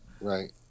Right